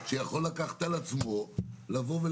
אין פקיד שיכול לקחת על עצמו לעשות